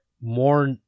more